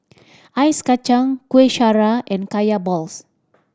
ice kacang Kueh Syara and Kaya balls